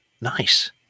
Nice